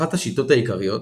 אחת השיטות העיקריות